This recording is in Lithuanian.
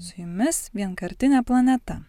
su jumis vienkartinė planeta